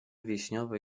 wiśniowy